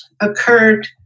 occurred